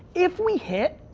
if we hit,